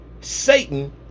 Satan